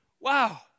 wow